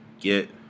get